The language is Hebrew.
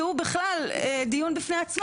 שהוא בכלל דיון בפני עצמו,